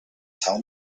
tell